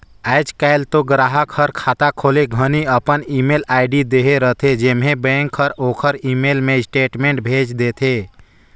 आयज कायल तो गराहक हर खाता खोले घनी अपन ईमेल आईडी देहे रथे जेम्हें बेंक हर ओखर ईमेल मे स्टेटमेंट भेज देथे